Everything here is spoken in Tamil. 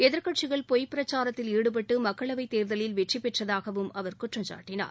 எதிர்க்கட்சிகள் பொய்ப் பிரச்சாரத்தில் ஈடுபட்டு மக்களவைத் தேர்தலில் வெற்றி பெற்றதாகவும் அவர் குற்றம் சாட்டினார்